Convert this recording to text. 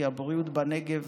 כי הבריאות בנגב